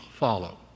follow